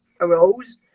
arose